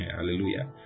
Hallelujah